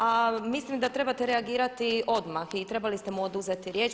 A mislim da trebate reagirati odmah i trebali ste mu oduzeti riječ.